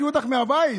הביאו אותך אז מהבית.